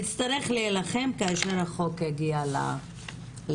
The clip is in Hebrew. נצטרך להילחם כאשר החוק יגיע לכנסת.